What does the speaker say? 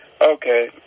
Okay